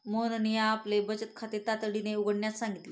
मोहनने आपले बचत खाते तातडीने उघडण्यास सांगितले